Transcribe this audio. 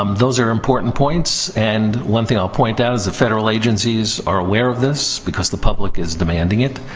um those are important points. and one thing i'll point out is the federal agencies are aware of this, because the public is demanding it.